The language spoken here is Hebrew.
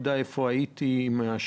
כדי שמשרד הבריאות לא ידע איפה הייתי.